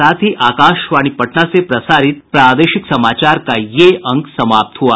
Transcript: इसके साथ ही आकाशवाणी पटना से प्रसारित प्रादेशिक समाचार का ये अंक समाप्त हुआ